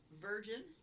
Virgin